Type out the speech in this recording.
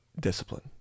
discipline